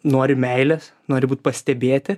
nori meilės nori būt pastebėti